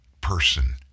person